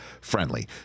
friendly